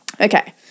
Okay